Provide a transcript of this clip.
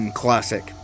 classic